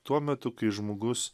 tuo metu kai žmogus